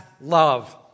love